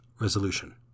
Resolution